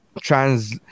trans